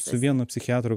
su vienu psichiatru